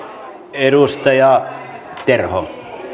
edustaja terho